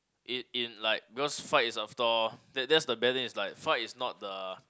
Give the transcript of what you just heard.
it in like because fight is after all that that's the bad thing like fight is not the